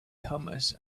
hummus